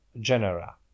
genera